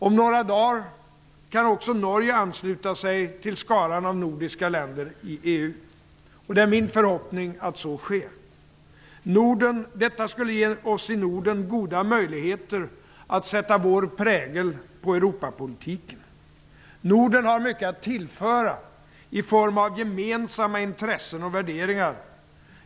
Om några dagar kan också Norge ansluta sig till skaran av nordiska länder i EU. Det är min förhoppning att så sker. Detta skulle ge oss i Norden goda möjligheter att sätta vår prägel på Europapolitiken. Norden har mycket att tillföra i form av gemensamma intressen och värderingar.